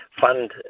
fund